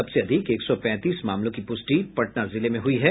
सबसे अधिक एक सौ पैंतीस मामलों की पुष्टि पटना जिले में हुई है